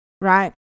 right